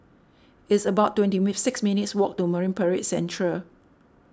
it's about twenty six minutes' walk to Marine Parade Central